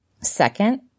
Second